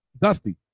Dusty